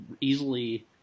easily